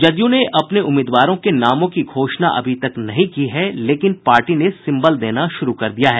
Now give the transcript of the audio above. जदयू ने अपने उम्मीदवारों के नामों की घोषणा नहीं की है लेकिन पार्टी सिम्बल देना शुरू कर दिया है